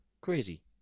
Crazy